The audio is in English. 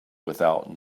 without